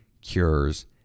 cures